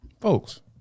Folks